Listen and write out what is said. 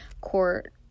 court